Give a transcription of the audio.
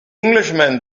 englishman